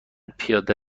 پیاده